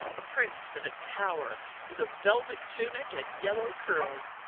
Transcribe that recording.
a prince in a tower with a velvet tunic and yellow curls.